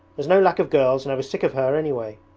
there's no lack of girls and i was sick of her anyway